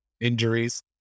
injuries